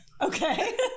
Okay